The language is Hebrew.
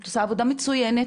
את עושה עבודה מצוינת,